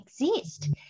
exist